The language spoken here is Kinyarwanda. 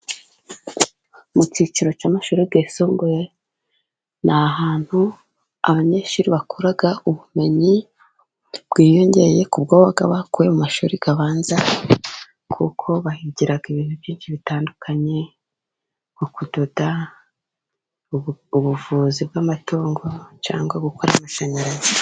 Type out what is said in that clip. Mu cyiciro cy'amashuriu yisumbuye, ni ahantu abanyeshuri bakura ubumenyi bwiyongera ku bwo baba bakuye mu mashuri abanza, kuko bahigira ibintu byinshi bitandukanye, nko kudoda, ubuvuzi bw'amatungo, cyangwa gukora amashanyarazi.